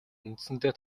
үндсэндээ